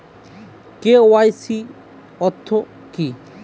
KYC অর্থ কি?